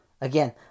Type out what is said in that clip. Again